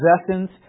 possessions